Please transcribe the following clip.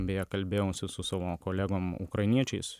beje kalbėjausi su savo kolegomis ukrainiečiais